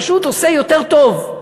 פשוט עושה יותר טוב.